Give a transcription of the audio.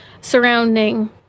surrounding